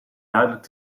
duidelijk